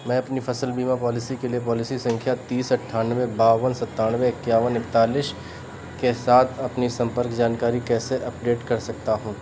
मैं अपनी फ़सल बीमा पॉलिसी के लिए पॉलिसी सँख्या तीस अनठानवे बावन सन्तानवे एकावन एकतालीस के साथ अपनी सम्पर्क जानकारी कैसे अपडेट कर सकता हूँ